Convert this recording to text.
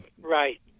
right